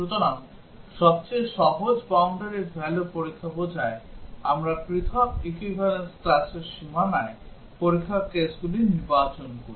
সুতরাং সবচেয়ে সহজ boundary value পরীক্ষা বোঝায় আমরা পৃথক equivalence classর সীমানায় পরীক্ষার কেসগুলি নির্বাচন করি